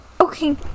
Okay